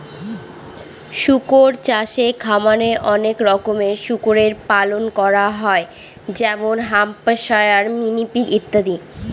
শুকর চাষে খামারে অনেক রকমের শুকরের পালন করা হয় যেমন হ্যাম্পশায়ার, মিনি পিগ ইত্যাদি